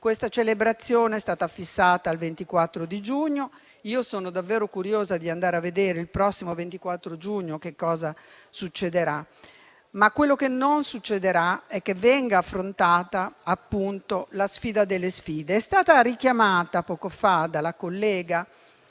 Questa celebrazione è stata fissata al 24 giugno. Io sono davvero curiosa di andare a vedere il prossimo 24 giugno che cosa succederà. Ma quello che non succederà è che venga affrontata, appunto, la sfida delle sfide. Come è stato richiamato poco fa dalla collega, invece,